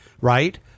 Right